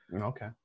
Okay